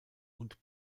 und